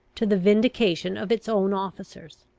to the vindication of its own officers.